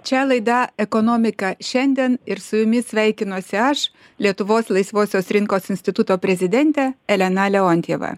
čia laida ekonomika šiandien ir su jumis sveikinuosi aš lietuvos laisvosios rinkos instituto prezidentė elena leontjeva